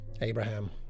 Abraham